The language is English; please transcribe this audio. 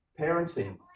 parenting